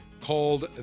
called